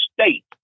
state